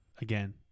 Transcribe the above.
again